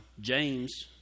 James